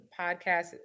podcast